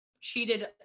cheated